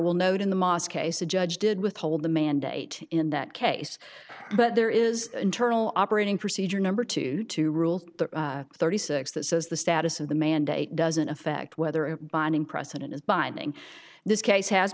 will note in the mosque case a judge did withhold the mandate in that case but there is internal operating procedure number two to rule thirty six that says the status of the mandate doesn't affect whether a binding precedent is binding this case has